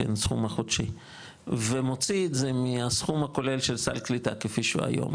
הסכום החודשי ומוציא את זה מהסכום הכולל של סל קליטה כפי שהוא היום,